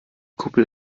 kuppel